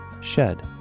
shed